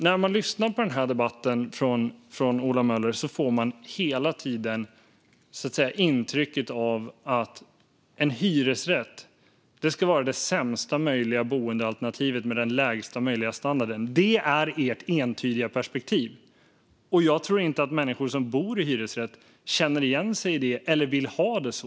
När man lyssnar på Ola Möller i den här debatten får man hela tiden intrycket att en hyresrätt ska vara det sämsta möjliga boendealternativet med den lägsta möjliga standarden. Det är ert entydiga perspektiv, och jag tror inte att människor som bor i hyresrätt känner igen sig i det eller vill ha det så.